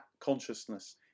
consciousness